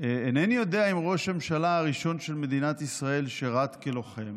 אינני יודע אם ראש הממשלה הראשון של מדינת ישראל שירת כלוחם